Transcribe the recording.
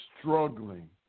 struggling